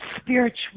spiritual